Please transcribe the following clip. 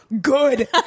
good